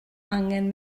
angen